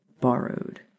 borrowed